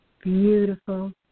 Beautiful